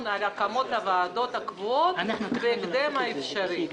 על הקמות הוועדות הקבועות בהקדם האפשרי.